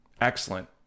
Excellent